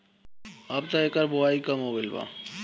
अबत एकर बओई कम हो गईल बा